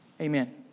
Amen